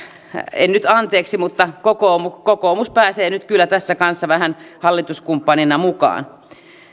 en nyt anteeksi mutta kokoomus kokoomus pääsee nyt kyllä tässä kanssa vähän hallituskumppanina mukaan